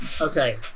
okay